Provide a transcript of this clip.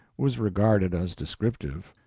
was regarded as descriptive.